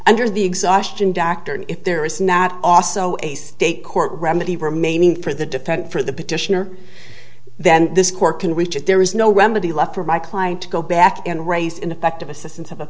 under the exhaustion doctor if there is not also a state court remedy remaining for the defense for the petitioner then this court can reach if there is no remedy left for my client to go back and raise ineffective assistance of a